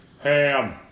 ham